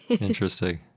Interesting